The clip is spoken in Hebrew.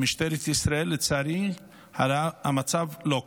במשטרת ישראל, לצערי הרב, המצב לא כך.